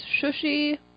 shushy